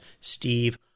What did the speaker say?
Steve